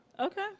Okay